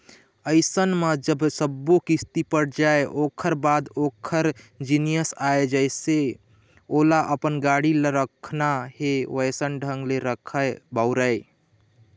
अइसन म जब सब्बो किस्ती पट जाय ओखर बाद ओखर जिनिस आय जइसे ओला अपन गाड़ी ल रखना हे वइसन ढंग ले रखय, बउरय